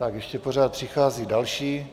Tak ještě pořád přichází další...